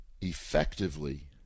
effectively